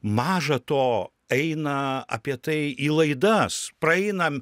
maža to eina apie tai į laidas praeina